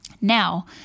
Now